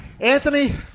Anthony